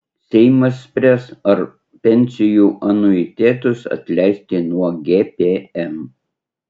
seimas spręs ar pensijų anuitetus atleisti nuo gpm